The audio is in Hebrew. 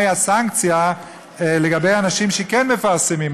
מהי הסנקציה לגבי אנשים שכן מפרסמים.